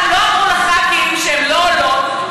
גם לא אמרו לח"כים שהן לא עולות,